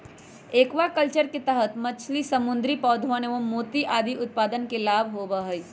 aquaculture के तहद मछली, समुद्री पौधवन एवं मोती आदि उत्पादन के लाभ होबा हई